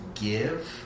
give